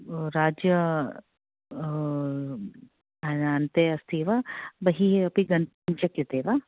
राज्य अन्ते अस्ति वा बहिः अपि गन्तुं शक्यते वा